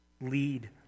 lead